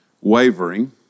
wavering